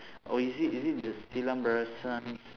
oh is he is he the silambarasan's